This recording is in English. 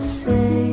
say